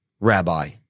Rabbi